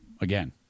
again